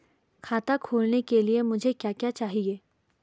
खाता खोलने के लिए मुझे क्या क्या चाहिए?